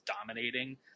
dominating